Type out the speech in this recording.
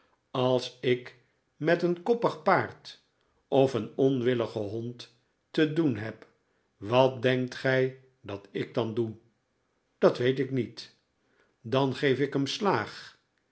als ik met een koppig paard of een onwilligen hond te doen heb wat denkt gij dat ik dan doe dat weet ik niet dan geef ik hem slaag